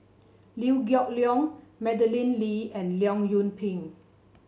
Liew Geok Leong Madeleine Lee and Leong Yoon Pin